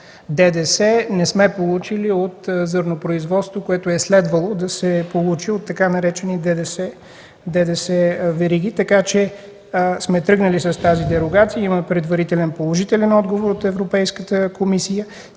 не сме получили ДДС от зърнопроизводство, което е следвало да се получи от така наречените ДДС вериги. Така че сме тръгнали с тази дерогация, имаме предварителен положителен отговор от Европейската комисия,